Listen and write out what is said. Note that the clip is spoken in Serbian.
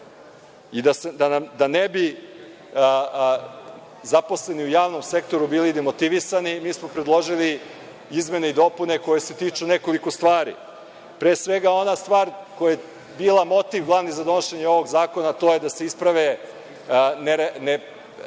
ne bi zaposleni u javnom sektoru bili demotivisani, mi smo predložili izmene i dopune koje se tiču nekoliko stvari. Pre svega, ona stvar koja je bila glavni motiv za donošenje ovog zakona, to je da se isprave